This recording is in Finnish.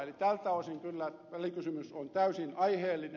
eli tältä osin kyllä välikysymys on täysin aiheellinen